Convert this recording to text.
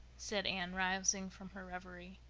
said anne, rousing from her reverie.